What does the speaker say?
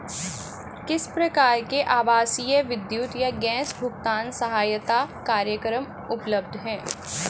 किस प्रकार के आवासीय विद्युत या गैस भुगतान सहायता कार्यक्रम उपलब्ध हैं?